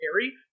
carry